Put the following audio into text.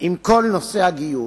עם כל נושא הגיור.